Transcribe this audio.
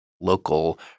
local